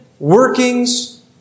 Workings